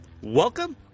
welcome